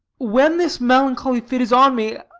when this melancholy fit is on me